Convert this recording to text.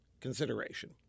consideration